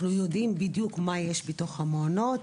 אנחנו יודעים בדיוק מה יש בתוך המעונות.